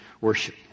Worship